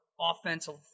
offensive